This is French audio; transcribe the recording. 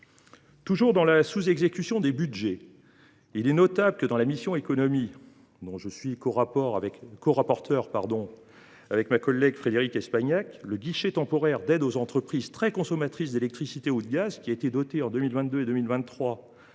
Toujours en matière de sous exécution des budgets, il est à noter que, dans la mission « Économie », dont je suis rapporteur spécial avec ma collègue Frédérique Espagnac, le guichet temporaire d’aide aux entreprises très consommatrices d’électricité ou de gaz, qui était doté en 2022 et 2023